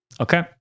okay